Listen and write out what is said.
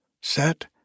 set